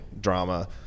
drama